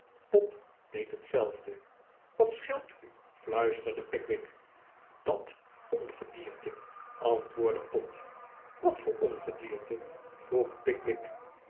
pott deed hetzelfde wat scheelt u fluisterde pickwick dat ongedierte antwoordde pott wat voor ongedierte vroeg pickwick